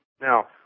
Now